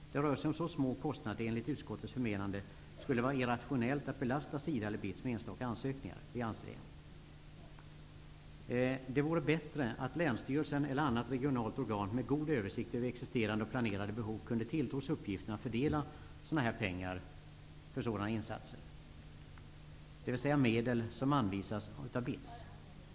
Det rör sig om så små kostnader att det enligt utskottets förmenande skulle vara irrationellt att belasta SIDA eller BITS med enstaka ansökningar. Det är vad vi anser. Det vore bättre att länsstyrelsen eller annat regionalt organ, med god översikt över existerande och planerade behov, kunde tilltros uppgiften att fördela pengar för sådana insatser, dvs. medel som anvisas av BITS.